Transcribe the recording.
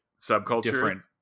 subculture